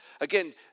again